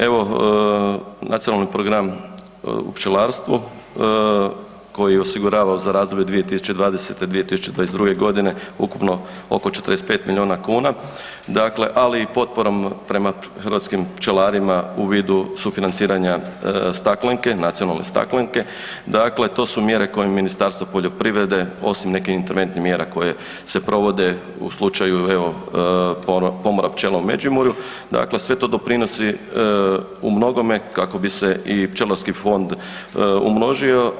Evo Nacionalni program u pčelarstvu koji osigurava za razdoblje 2020.-2022.g. ukupno oko 45 milijuna kuna, ali i potporom prema hrvatskim pčelarima u vidu sufinanciranja staklenke, nacionalne staklenke to su mjere koje Ministarstvo poljoprivrede osim nekih interventnih mjera koje se provode u slučaju evo pomora pčela u Međimurju, sve to doprinosi u mnogome kako bi se i pčelarski fond umnožio.